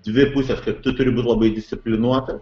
dvi pusės kad tu turi būt labai disciplinuotas